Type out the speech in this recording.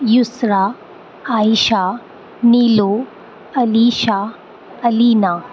Yusra Ayesha Neelu Alisha Alina